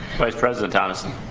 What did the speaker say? vice president allison.